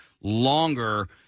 longer